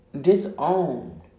disown